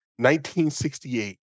1968